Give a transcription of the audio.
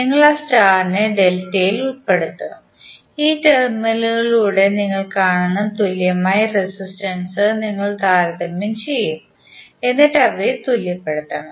നിങ്ങൾ ആ സ്റ്റാർനെ ഡെൽറ്റയിൽ ഉൾപ്പെടുത്തും ഈ ടെർമിനലുകളിലൂടെ നിങ്ങൾ കാണുന്ന തുല്യമായ റെസിസ്റ്റൻസ് നിങ്ങൾ താരതമ്യം ചെയ്യും എന്നിട്ടു അവയെ തുല്യപ്പെടുത്തണം